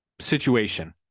situation